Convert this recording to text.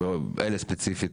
אלה ספציפית,